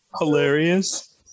Hilarious